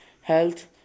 health